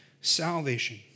salvation